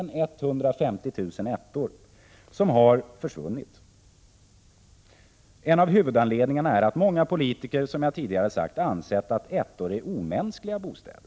En av huvudanledningarna är att många politiker, som jag tidigare sagt, ansett att — Prot. 1986/87:131 ettor är omänskliga bostäder.